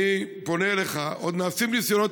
אני פונה אליך: עוד נעשים ניסיונות